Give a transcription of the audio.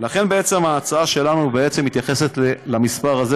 לכן בעצם ההצעה שלנו מתייחסת למספר הזה,